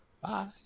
Bye